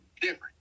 different